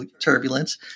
turbulence